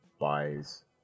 buys